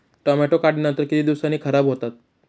Tomato काढणीनंतर किती दिवसांनी खराब होतात?